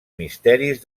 misteris